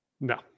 No